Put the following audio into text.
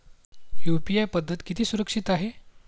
UPI पद्धत किती सुरक्षित आहे?